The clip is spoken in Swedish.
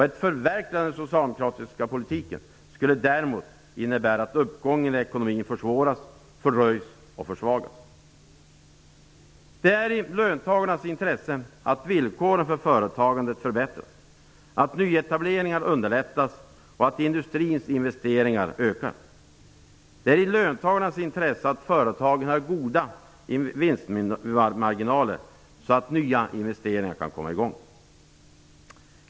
Ett förverkligande av den socialdemokratiska politiken skulle däremot innebära att uppgången i ekonomin försvåras, fördröjs och försvagas. Det ligger i löntagarnas intresse att villkoren för företagandet förbättras, att nyetableringar underlättas och industrins investeringar ökar. Det ligger också i löntagarnas intresse att företagen har goda vinstmarginaler så att nya investeringar kan komma i gång.